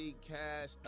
cash